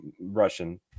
Russian